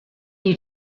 you